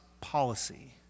policy